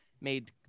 made